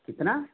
कितना